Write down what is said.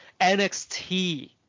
nxt